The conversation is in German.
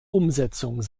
umsetzung